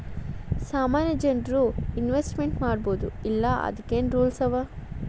ಸಾಮಾನ್ಯ ಜನ್ರು ಇನ್ವೆಸ್ಟ್ಮೆಂಟ್ ಮಾಡ್ಬೊದೋ ಇಲ್ಲಾ ಅದಕ್ಕೇನ್ ರೂಲ್ಸವ?